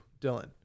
Dylan